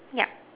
yeah